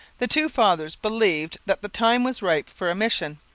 the two fathers believed that the time was ripe for a mission.